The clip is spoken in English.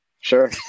sure